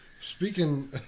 Speaking